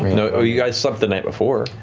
you know you guys slept the night before.